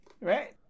right